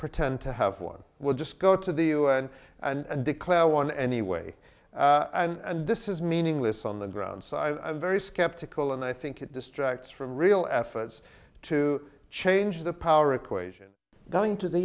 pretend to have one we'll just go to the u n and declare one anyway and this is meaningless on the ground so i'm very skeptical and i think it distracts from real efforts to change the power equation going to the